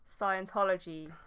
Scientology